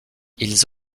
ils